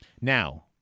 Now